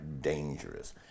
dangerous